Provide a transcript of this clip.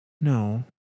No